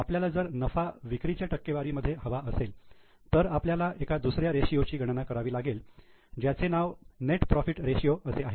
आपल्याला जर नफा विक्रीच्या टक्केवारी मध्ये हवा असेल तर आपल्याला एका दुसऱ्या रेशिओ ची गणना करावी लागेल ज्याचे नाव नेट प्रॉफिट रेशिओ आहे